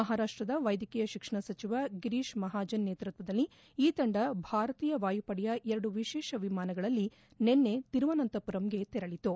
ಮಹಾರಾಷ್ಟದ ವೈದ್ಯಕೀಯ ಶಿಕ್ಷಣ ಸಚಿವ ಗಿರೀಶ್ ಮಹಾಜನ್ ನೇತೃತ್ವದಲ್ಲಿ ಈ ತಂಡ ಭಾರತೀಯ ವಾಯುಪಡೆಯ ಎರಡು ವಿಶೇಷ ವಿಮಾನಗಳಲ್ಲಿ ನಿನ್ನೆ ತಿರುವನಂತರಮರಂಗೆ ತೆರಳಿತು